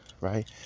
Right